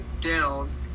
down